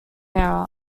era